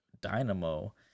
Dynamo